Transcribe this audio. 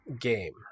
game